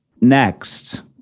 next